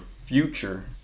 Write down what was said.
future